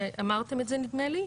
ואמרתם את זה נדמה לי,